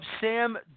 Sam